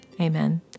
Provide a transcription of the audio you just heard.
Amen